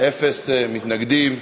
אפס מתנגדים,